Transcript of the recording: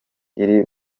iri